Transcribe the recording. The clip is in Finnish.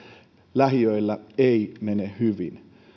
lähiöillä ei mene hyvin